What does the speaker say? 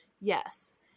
Yes